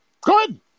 Good